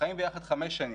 שחיים ביחד חמש שנים,